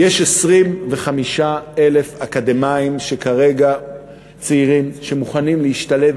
25,000 אקדמאים צעירים שמוכנים להשתלב